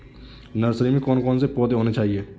Nursery में कौन कौन से पौधे होने चाहिए?